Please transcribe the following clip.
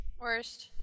Worst